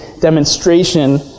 demonstration